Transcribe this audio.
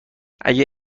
اگه